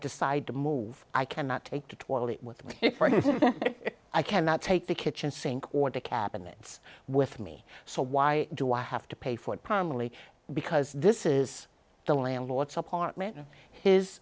decide to move i cannot take the toilet with it for i cannot take the kitchen sink or the cabinets with me so why do i have to pay for it primarily because this is the landlord's apartment in his